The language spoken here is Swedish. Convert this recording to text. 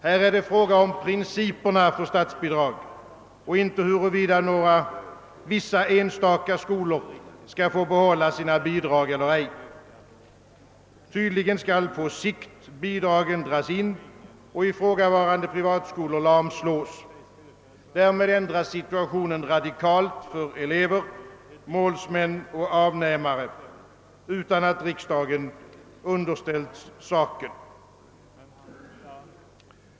Här är det fråga om principerna för statsbidrag och inte om huruvida vissa enstaka skolor skall få behålla sin bidrag. Tydligen skall på sikt bidragen dras in och ifrågavarande privatskolor lamslås. Därmed ändras situationen radikalt för elever, målsmän och avnämare utan att frågan underställts riksdagen.